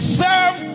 serve